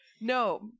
no